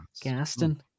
Gaston